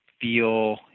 feel